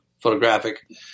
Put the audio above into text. photographic